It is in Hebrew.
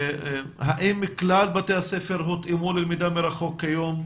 האם כלל בתי הספר הותאמו ללמידה מרחוק כיום?